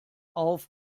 auf